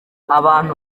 abantu